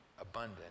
abundant